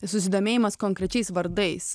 susidomėjimas konkrečiais vardais